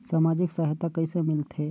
समाजिक सहायता कइसे मिलथे?